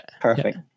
Perfect